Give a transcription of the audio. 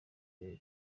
col